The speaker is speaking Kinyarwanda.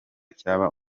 cyaba